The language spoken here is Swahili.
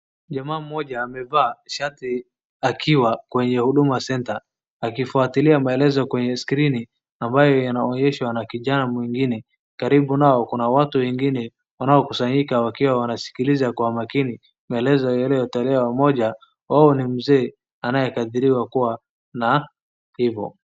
Jamaa mmoja amevaa shati akiwa kwenye huduma centre , akifuatilia maelezo kwenye skrini ambaye yanaonyeshwa na kijana mwingine, karibu nao kuna watu wengine wanaokusanyika wakiwa wanasikiliza kwa umakini maelezo yaliyotolewa, mmoja wao ni mzee anayekadiriwa kuwa na hivo.